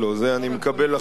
זה אני מקבל לחלוטין.